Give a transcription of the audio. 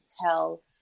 tell